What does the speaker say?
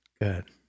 Good